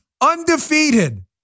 undefeated